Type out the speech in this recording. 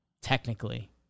technically